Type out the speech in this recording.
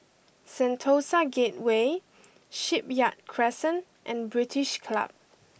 Sentosa Gateway Shipyard Crescent and British Club